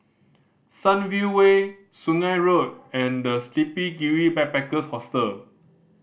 Sunview Way Sungei Road and The Sleepy Kiwi Backpackers Hostel